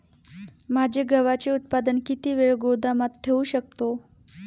माझे गव्हाचे उत्पादन किती वेळ गोदामात ठेवू शकतो?